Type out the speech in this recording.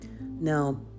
Now